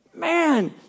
Man